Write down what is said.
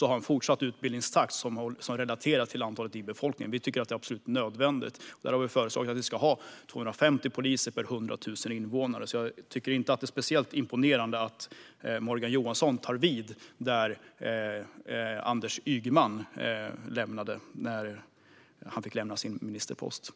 ha en fortsatt utbildningstakt som relaterar till antalet människor i befolkningen. Vi tycker att det är absolut nödvändigt. Därför har vi föreslagit att det ska finnas 250 poliser per 100 000 invånare, så jag tycker inte att det är speciellt imponerande att Morgan Johansson tar vid där Anders Ygeman slutade när han fick lämna sin ministerpost.